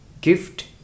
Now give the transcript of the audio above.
gift